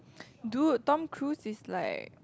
dude Tom-Cruise is like